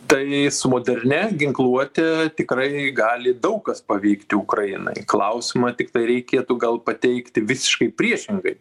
tai su modernia ginkluote tikrai gali daug kas pavykti ukrainai klausimą tiktai reikėtų gal pateikti visiškai priešingai